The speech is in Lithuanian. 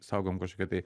saugom kažkokią tai